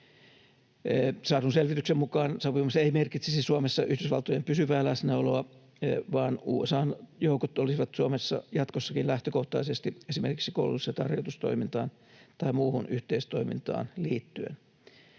Saadun selvityksen mukaan sopimus ei merkitsisi Suomessa Yhdysvaltojen pysyvää läsnäoloa, vaan USA:n joukot olisivat Suomessa jatkossakin lähtökohtaisesti esimerkiksi koulutus- ja sotaharjoitustoimintaan tai muuhun yhteistoimintaan liittyen.